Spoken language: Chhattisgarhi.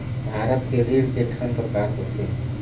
भारत के ऋण के ठन प्रकार होथे?